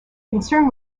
concern